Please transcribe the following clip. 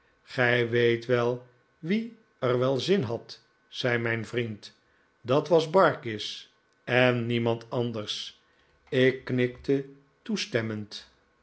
gij weet wel wie er wel zin had zei j mijn vriend dat was barkis en niemand flunders ik knikfe toestemmend